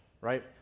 right